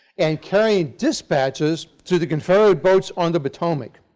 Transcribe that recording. and carrying dispatches to the confederate boats on the potomac.